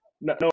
no